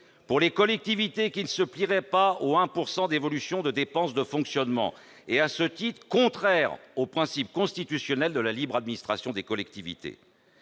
pour les collectivités qui ne se plieraient pas au 1,2 % d'évolution des dépenses de fonctionnement. Et, à ce titre, il est contraire au principe constitutionnel de libre administration des collectivités.